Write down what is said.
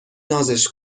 نازش